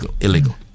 illegal